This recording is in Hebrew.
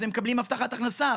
אז הם מקבלים הבטחת הכנסה.